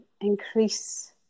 increase